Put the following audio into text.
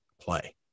play